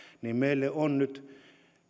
niin meille on nyt